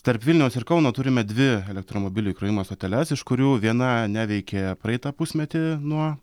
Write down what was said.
tarp vilniaus ir kauno turime dvi elektromobilių įkrovimo stoteles iš kurių viena neveikė praeitą pusmetį nuo